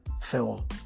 film